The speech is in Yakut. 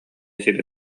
сири